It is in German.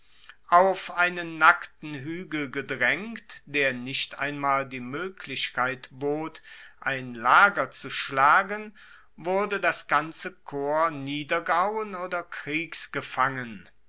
auf einen nackten huegel gedraengt der nicht einmal die moeglichkeit bot ein lager zu schlagen wurde das ganze korps niedergehauen oder